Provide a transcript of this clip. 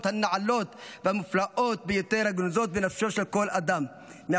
הנעלות והמופלאות ביותר הגנוזות בנפשו של כל אדם?" תודה.